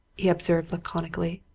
he observed laconically,